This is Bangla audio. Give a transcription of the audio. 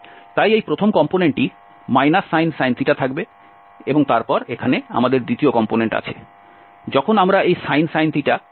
তাই এই প্রথম কম্পোনেন্টটি sin থাকবে তারপর এখানে আমাদের দ্বিতীয় কম্পোনেন্ট আছে